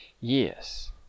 Yes